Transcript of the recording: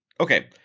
Okay